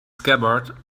scabbard